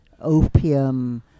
opium